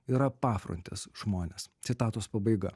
yra pafrontės žmonės citatos pabaiga